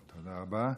תודה רבה.